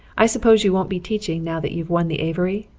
i suppose you won't be teaching now that you've won the avery?